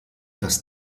das